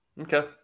Okay